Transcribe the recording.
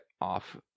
off